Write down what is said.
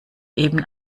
eben